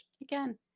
again